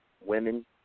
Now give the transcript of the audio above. women